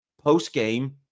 post-game